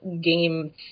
game